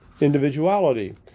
individuality